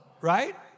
right